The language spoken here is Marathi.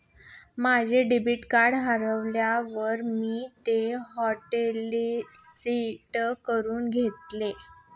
माझे डेबिट कार्ड हरवल्यावर मी ते हॉटलिस्ट करून घेतले